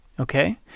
Okay